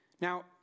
Now